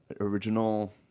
original